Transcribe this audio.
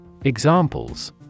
Examples